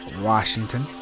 Washington